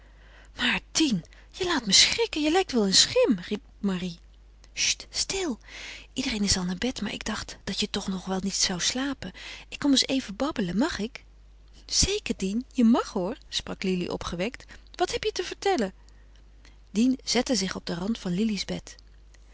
maar dien je laat me schrikken je lijkt wel een schim riep marie cht stil iedereen is al naar bed maar ik dacht dat je toch nog wel niet zou slapen ik kom eens even babbelen mag ik zeker dien je mag hoor sprak lili opgewekt wat heb je te vertellen dien zette zich op den rand van